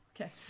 Okay